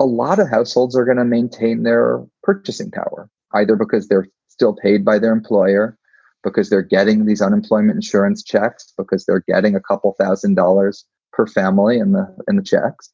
a lot of households are going to maintain their purchasing power either because they're still paid by their employer because they're getting these unemployment insurance checks, because they're getting a couple thousand dollars per family and the and the checks.